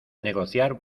negociar